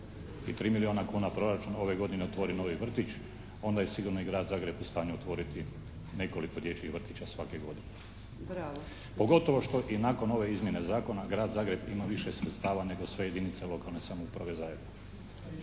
i 3 milijuna kuna proračuna ove godine otvori novi vrtić, onda je sigurno i Grad Zagreb u stanju otvoriti nekoliko dječjih vrtića svake godine pogotovo što i nakon ove izmjene zakona Grad Zagreb ima više sredstava nego sve jedinice lokalne samouprave zajedno.